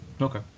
Okay